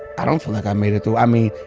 i don't feel like i made it through. i mean,